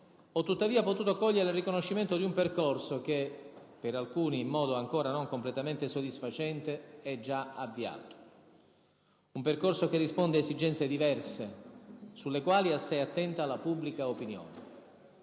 ho tuttavia potuto cogliere il riconoscimento di un percorso che, per alcuni in modo ancora non completamente soddisfacente, è già avviato. Un percorso che risponde ad esigenze diverse, sulle quali è assai attenta la pubblica opinione.